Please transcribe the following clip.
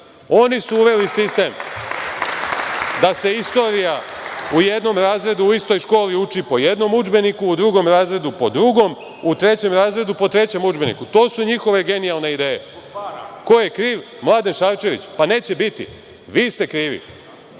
Oni su uveli sistem da se istorija u jednom razredu u istoj školi uči po jednom udžbeniku, u drugom razredu po drugom, u trećem razredu po trećem udžbeniku. To su njihove genijalne ideje. Ko je kriv? Mladen Šarčević? Pa, neće biti. Vi ste krivi.